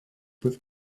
with